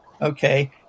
okay